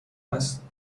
است